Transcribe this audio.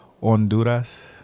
Honduras